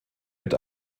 mit